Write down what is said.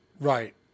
Right